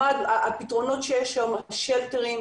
הפתרונות שיש היום, השלטרינג